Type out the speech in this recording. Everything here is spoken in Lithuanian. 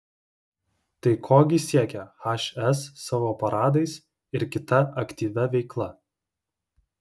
tai ko gi siekia hs savo paradais ir kita aktyvia veikla